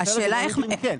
בחלק מהמקרים כן.